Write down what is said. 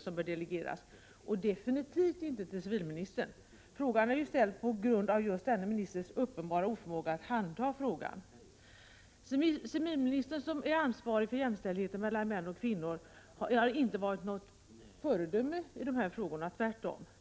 som bör delegeras, och definitivt inte till civilministern. Frågan är ju ställd på grund av just denne ministers uppenbara oförmåga att handha frågan. Civilministern, som är ansvarig för jämställdheten mellan män och kvinnor, har inte varit något — Prot. 1987/88:32 föredöme, tvärtom.